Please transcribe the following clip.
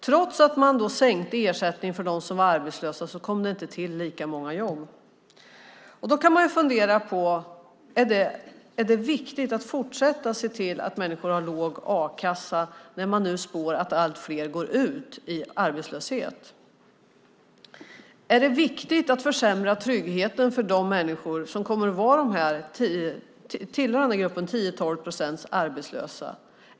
Trots att man sänkte ersättningarna för dem som är arbetslösa kom det inte till lika många jobb. Är det viktigt att fortsätta att se till att människor har låg a-kassa när det förutspås att allt fler ska gå ut i arbetslöshet? Är det viktigt att försämra tryggheten för de människor som kommer att tillhöra gruppen 10-12 procent arbetslösa?